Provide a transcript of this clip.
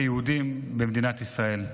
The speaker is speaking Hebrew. כיהודים במדינת ישראל.